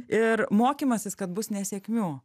ir mokymasis kad bus nesėkmių